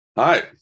Hi